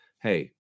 hey